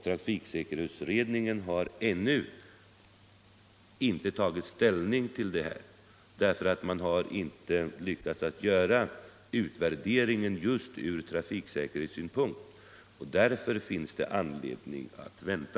Trafiksäkerhetsutredningen har dock ännu inte tagit ställning till den, eftersom mun inte lyckats göra utvärderingen från just trafiksäkerhetssynpunkt. Därför finns det anledning att vänta.